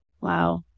Wow